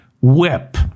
Whip